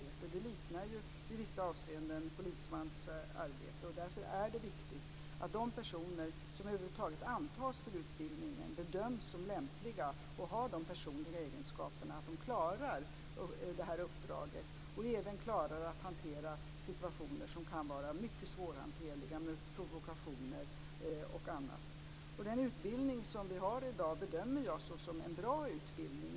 Det liknar i vissa avseenden polismans arbete. Därför är det viktigt att de personer som över huvud taget antas till utbildningen bedöms som lämpliga och har de personliga egenskaperna att de klarar detta uppdrag och även att hantera situationer som kan vara mycket svårhanterliga, med provokationer och annat. Den utbildning som vi har i dag bedömer jag som en bra utbildning.